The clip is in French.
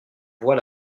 voix